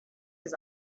his